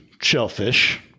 shellfish